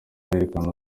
berekana